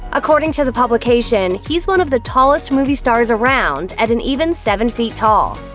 according to the publication, he's one of the tallest movie stars around, at an even seven feet tall.